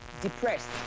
depressed